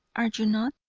are you not?